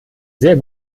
sehr